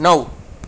નવ